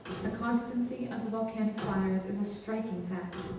the constancy of the volcanic fires is a striking fact.